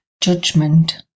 judgment